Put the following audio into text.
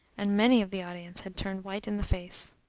and many of the audience had turned white in the face.